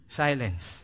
silence